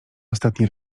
ostatni